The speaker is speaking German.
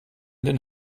den